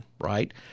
right